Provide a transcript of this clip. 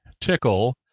tickle